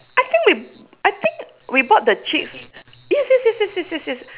I think we I think we bought the chicks yes yes yes yes yes yes yes